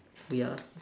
ya